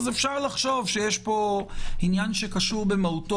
אז אפשר לחשוב שיש פה עניין שקשור במהותו